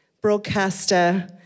broadcaster